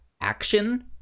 action